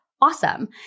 awesome